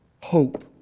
Hope